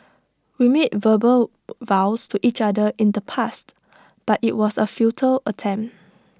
we made verbal vows to each other in the past but IT was A futile attempt